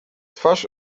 twarz